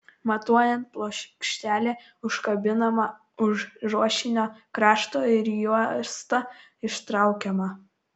matuojant plokštelė užkabinama už ruošinio krašto ir juosta ištraukiama